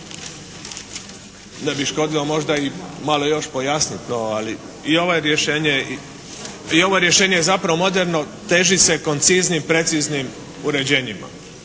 Ne bi škodilo možda malo još pojasnit to, ali i ovo rješenje je zapravo moderno, teži se konciznim i preciznim uređenjima.